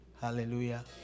Hallelujah